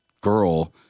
girl